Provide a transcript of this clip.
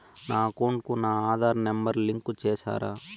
నా అకౌంట్ కు నా ఆధార్ నెంబర్ లింకు చేసారా